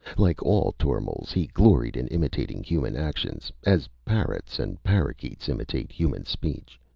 like all tormals, he gloried in imitating human actions, as parrots and parakeets imitate human speech.